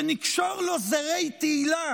שנקשור לו זרי תהילה